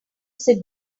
sit